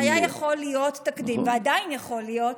זה היה יכול להיות ועדיין יכול להיות